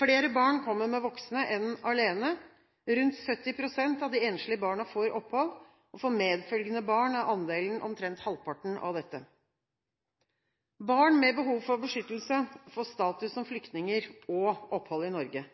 Flere barn kommer sammen med voksne enn alene. Rundt 70 pst. av de enslige barna får opphold. For medfølgende barn er andelen omtrent halvparten av dette. Barn med behov for beskyttelse får status som flyktninger og opphold i Norge.